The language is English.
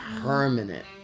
permanent